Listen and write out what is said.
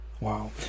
Wow